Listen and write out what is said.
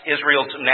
Israel's